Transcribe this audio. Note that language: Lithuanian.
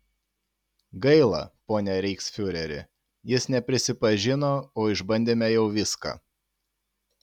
gaila pone reichsfiureri jis neprisipažino o išbandėme jau viską